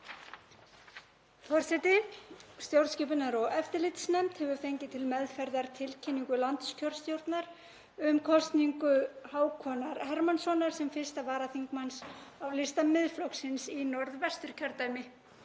Forseti. Stjórnskipunar- og eftirlitsnefnd hefur fengið til meðferðar tilkynningu landskjörstjórnar um kosningu Hákonar Hermannssonar sem 1. varaþingmanns á lista Miðflokksins í Norðvesturkjördæmi.